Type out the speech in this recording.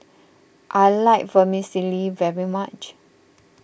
I like Vermicelli very much